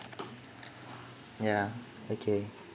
ya okay